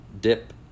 dip